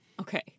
Okay